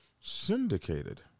syndicated